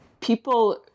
People